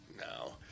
no